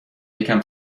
یکم